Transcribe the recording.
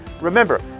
Remember